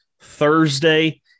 Thursday